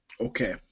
okay